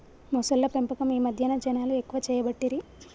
మొసళ్ల పెంపకం ఈ మధ్యన జనాలు ఎక్కువ చేయబట్టిరి